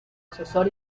asesor